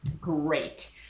Great